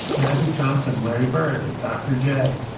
magic johnson. larry bird. dr. j.